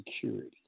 security